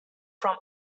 from